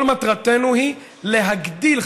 כל מטרתנו היא להגדיל,